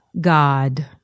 God